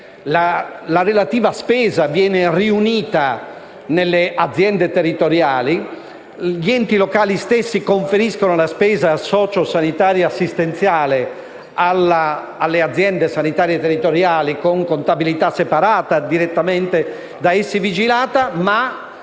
la relativa spesa viene riunita nelle aziende territoriali. Gli stessi enti locali conferiscono la spesa socio‑sanitaria e assistenziale alle aziende sanitarie territoriali con contabilità separata direttamente da essi vigilata, ma